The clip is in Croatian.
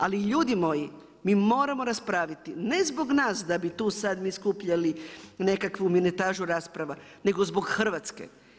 Ali ljudi moji, mi moramo raspraviti, ne zbog nas da bi tu sad mi skupljali nekakvu minutažu rasprava, nego zbog Hrvatske.